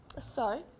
Sorry